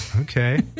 Okay